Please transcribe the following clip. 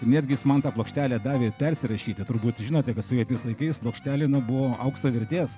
netgi jis man tą plokštelę davė persirašyti turbūt žinote kad sovietiniais laikais plokštelė buvo aukso vertės